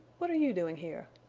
what are you doing here?